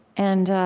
and